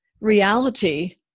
reality